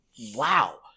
wow